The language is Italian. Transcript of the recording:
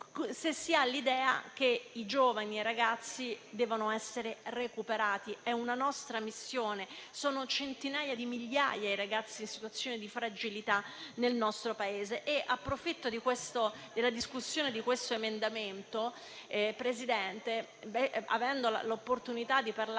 se si ha l'idea che i giovani e i ragazzi debbano essere recuperati. È una nostra missione: sono centinaia di migliaia i ragazzi in situazioni di fragilità nel nostro Paese. Approfitto della discussione di questo emendamento, Presidente, avendo l'opportunità di parlare